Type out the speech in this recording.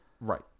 Right